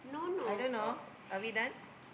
I don't know are we done